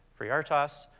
FreeRTOS